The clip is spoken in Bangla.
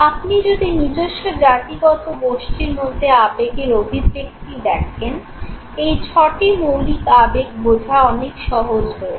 আপনি যদি নিজস্ব জাতিগত গোষ্ঠীর মধ্যে আবেগের অভিব্যক্তি দেখেন এই ছটি মৌলিক আবেগ বোঝা অনেক সহজ হয়ে যায়